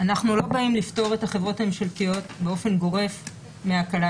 אנחנו לא באים לפטור את החברות הממשלתיות באופן גורף מהקלה.